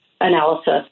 analysis